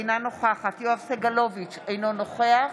אינה נוכחת יואב סגלוביץ' אינו נוכח